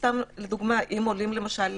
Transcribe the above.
אם, למשל,